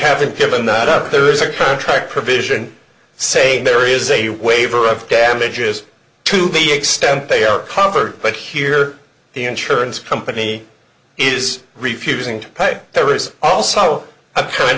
haven't given that up there is a contract provision saying there is a waiver of damages to the extent they are covered but here the insurance company is refusing to pay there is also a